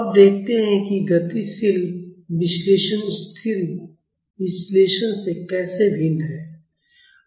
अब देखते हैं कि गतिशील विश्लेषण स्थिर विश्लेषण से कैसे भिन्न है